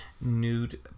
nude